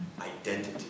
Identity